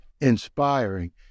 inspiring